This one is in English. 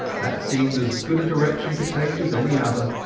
that seemed as good a direction to take as any other.